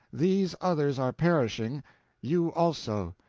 these others are perishing you also.